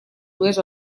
dues